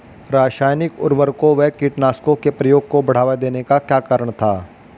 रासायनिक उर्वरकों व कीटनाशकों के प्रयोग को बढ़ावा देने का क्या कारण था?